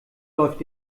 läuft